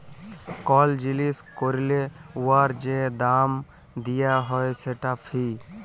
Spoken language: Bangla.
কল জিলিস ক্যরলে উয়ার যে দাম দিয়া হ্যয় সেট ফি